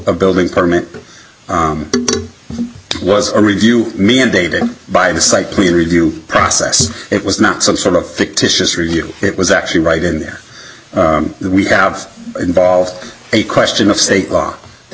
a building permit was a review me and dated by the site plan review process it was not some sort of fictitious review it was actually right and we have involved a question of state law the